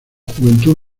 juventud